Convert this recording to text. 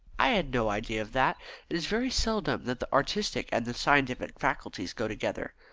i had no idea of that it is very seldom that the artistic and the scientific faculties go together.